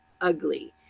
ugly